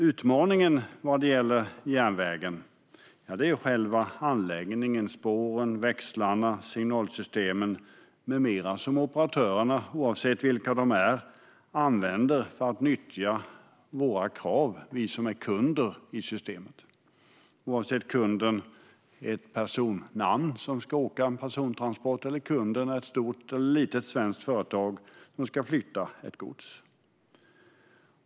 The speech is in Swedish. Utmaningen vad gäller järnvägen är själva anläggningen: spåren, växlarna och signalsystemen med mera som operatörerna, oavsett vilka de är, använder för att bemöta kraven från oss som är kunder i systemet och nyttjar det. Det gäller oavsett om kunden är någon med ett personnamn som ska åka med en persontransport eller om det är ett stort eller litet svenskt företag som ska flytta gods.